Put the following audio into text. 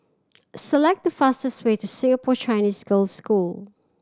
select the fastest way to Singapore Chinese Girls' School